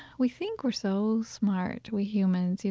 we think we're so smart, we humans, you